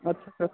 اچھا